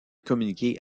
communiquer